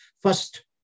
first